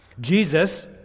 Jesus